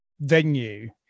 venue